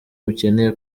mukeneye